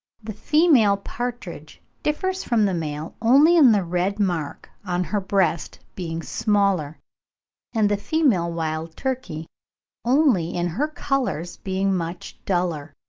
the female partridge differs from the male only in the red mark on her breast being smaller and the female wild turkey only in her colours being much duller.